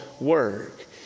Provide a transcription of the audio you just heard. work